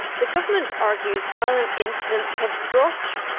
the government argues violent incidents have dropped.